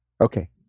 Okay